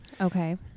Okay